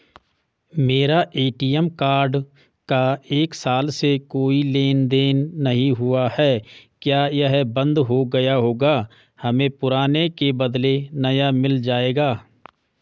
मेरा ATM card का एक साल से कोई लेन देन नहीं हुआ है क्या यह बन्द हो गया होगा हमें पुराने के बदलें नया मिल जाएगा?